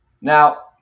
Now